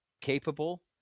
capable